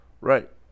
Right